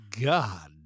God